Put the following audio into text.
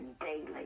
daily